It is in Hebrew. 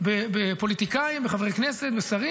זה בסדר